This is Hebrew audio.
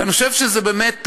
ואני חושב שזו באמת טעות.